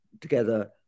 together